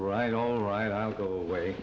right all right i'll go away